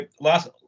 last –